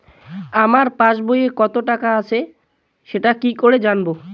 আমার পাসবইয়ে কত টাকা আছে সেটা কি করে জানবো?